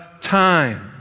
time